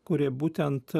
kurie būtent